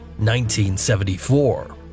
1974